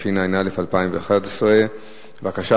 התשע"א 2011. בבקשה,